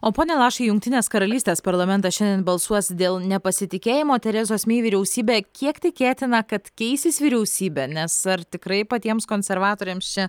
o pone lašai jungtinės karalystės parlamentas šiandien balsuos dėl nepasitikėjimo terezos mei vyriausybe kiek tikėtina kad keisis vyriausybė nes ar tikrai patiems konservatoriams čia